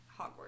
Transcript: Hogwarts